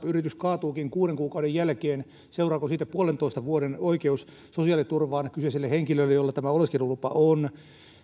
yritys kaatuukin kuuden kuukauden jälkeen seuraako siitä puolentoista vuoden oikeus sosiaaliturvaan kyseiselle henkilölle jolla tämä oleskelulupa on